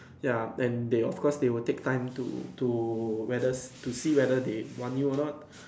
ya and they of course they will take time to to whether to see whether they will want you or not